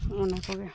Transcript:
ᱚᱱᱟ ᱠᱚᱜᱮ